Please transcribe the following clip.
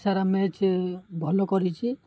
ସାରା match ଭଲ କରିଛି